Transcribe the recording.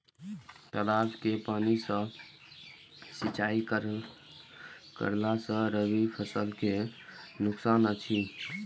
तालाब के पानी सँ सिंचाई करला स रबि फसल के नुकसान अछि?